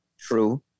True